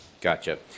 gotcha